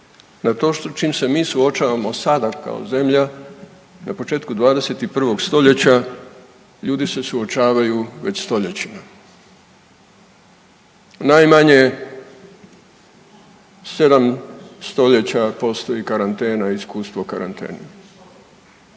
na to čim se mi suočavamo sada kao zemlja na početku 21. stoljeća ljudi se suočavaju već stoljećima. Najmanje 7. stoljeća postoji karantena i iskustvo karantene